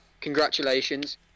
Congratulations